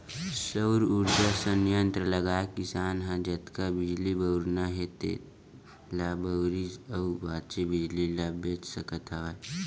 सउर उरजा संयत्र लगाए किसान ह जतका बिजली बउरना हे तेन ल बउरही अउ बाचे बिजली ल बेच सकत हवय